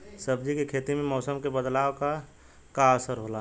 सब्जी के खेती में मौसम के बदलाव क का असर होला?